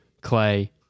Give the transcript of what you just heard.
Clay